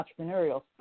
entrepreneurial